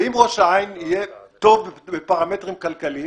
ואם ראש העין יהיה טוב לפרמטרים כלכליים,